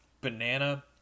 banana